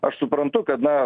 aš suprantu kad na